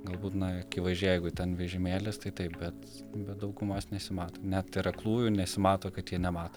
galbūt na akivaizdžiai jeigu ten vežimėlis tai taip bet bet daugumos nesimato net ir aklųjų nesimato kad jie nemato